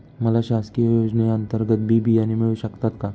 मला शासकीय योजने अंतर्गत बी बियाणे मिळू शकतात का?